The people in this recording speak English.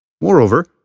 Moreover